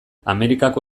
amerikako